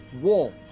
wall